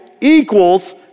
equals